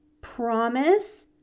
Promise